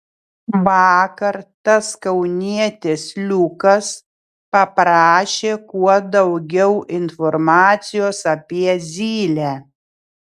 vakar tas kaunietis liukas paprašė kuo daugiau informacijos apie zylę